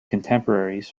contemporaries